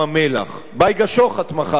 בייגה שוחט מכר את "מפעלי ים-המלח"